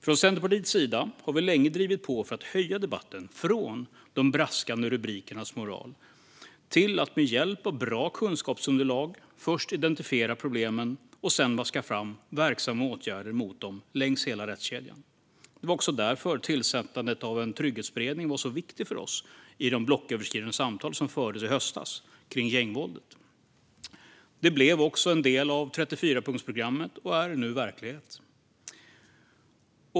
Från Centerpartiets sida har vi länge drivit på för att höja debatten från de braskande rubrikernas moral till att med hjälp av bra kunskapsunderlag först identifiera problemen och sedan vaska fram verksamma åtgärder mot dem längs hela rättskedjan. Det var också därför tillsättandet av en trygghetsberedning var så viktig för oss i de blocköverskridande samtal som fördes i höstas kring gängvåldet. Det blev också en del av 34-punktsprogrammet och är nu verklighet.